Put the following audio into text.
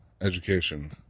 Education